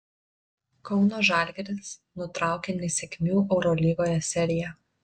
kauno žalgiris nutraukė nesėkmių eurolygoje seriją